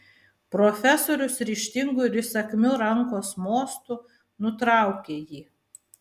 profesorius ryžtingu ir įsakmiu rankos mostu nutraukė jį